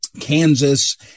Kansas